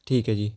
ਠੀਕ ਹੈ ਜੀ